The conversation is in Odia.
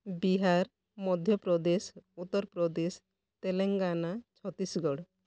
ବିହାର ମଧ୍ୟପ୍ରଦେଶ ଉତ୍ତରପ୍ରଦେଶ ତେଲେଙ୍ଗାନା ଛତିଶଗଡ଼